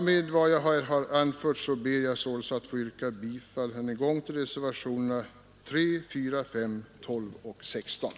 Med vad jag anfört ber jag således att än en gång få yrka bifall till reservationerna III, IV, V, XII och XVI.